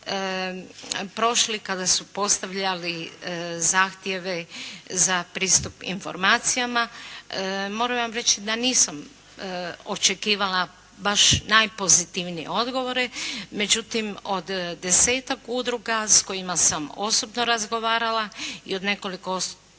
prošli kada su postavljali zahtjeve za pristup informacijama. Moram vam reći da nisam očekivala baš najpozitivnije odgovore. Međutim od desetak udruga s kojima sam osobno razgovarala i od nekoliko osoba